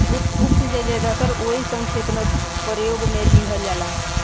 उप सिंचाई ज्यादातर ओइ सन क्षेत्र में प्रयोग में लिहल जाला